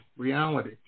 reality